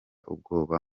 ubwoba